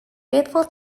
faithful